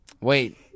Wait